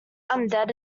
undead